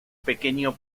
pequeño